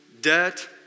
debt